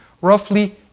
roughly